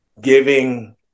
giving